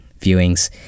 viewings